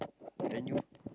then you